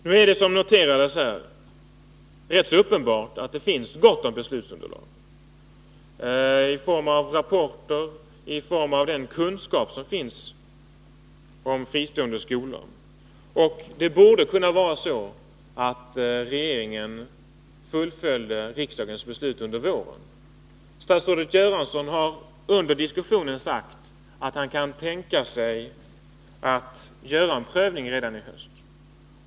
Nu är det, som noterades här, rätt uppenbart att det finns gott om beslutsunderlag i form av rapporter och i form av den kunskap som finns om fristående skolor, och det borde kunna vara så att regeringen fullföljer riksdagens beslut under våren. Statsrådet Göransson har under diskussionen sagt att han kan tänka sig att göra en prövning redan i höst.